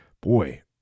boy